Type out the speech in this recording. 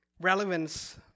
relevance